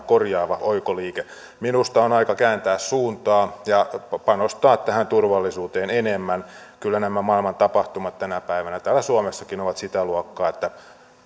korjaava oikoliike minusta on aika kääntää suuntaa ja panostaa tähän turvallisuuteen enemmän kyllä nämä maailman tapahtumat tänä päivänä täällä suomessakin ovat sitä luokkaa että